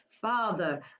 Father